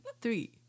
three